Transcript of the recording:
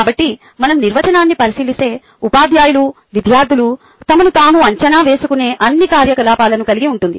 కాబట్టి మనం నిర్వచనాన్ని పరిశీలిస్తే ఉపాధ్యాయులు విద్యార్థులు తమను తాము అంచనా వేసుకునే అన్ని కార్యకలాపాలను కలిగి ఉంటుంది